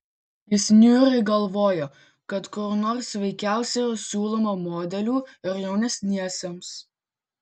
jis niūriai galvojo kad kur nors veikiausiai siūloma modelių ir jaunesniems